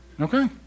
Okay